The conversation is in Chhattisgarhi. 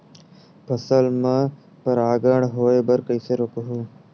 फसल ल परागण होय बर कइसे रोकहु?